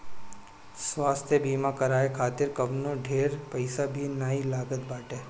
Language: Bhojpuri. स्वास्थ्य बीमा करवाए खातिर कवनो ढेर पईसा भी नाइ लागत बाटे